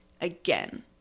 again